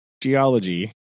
geology